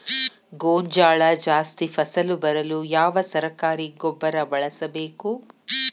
ಗೋಂಜಾಳ ಜಾಸ್ತಿ ಫಸಲು ಬರಲು ಯಾವ ಸರಕಾರಿ ಗೊಬ್ಬರ ಬಳಸಬೇಕು?